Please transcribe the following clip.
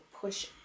push